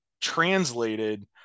translated